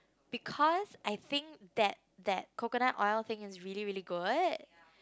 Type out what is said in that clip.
because I think that that coconut oil thing is really really good